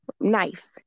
knife